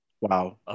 Wow